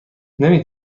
نمی